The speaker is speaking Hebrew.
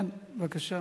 כן, בבקשה.